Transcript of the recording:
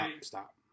stop